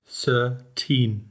thirteen